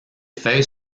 feuilles